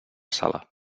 sala